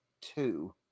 two